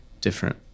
different